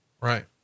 Right